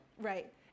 right